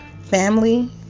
family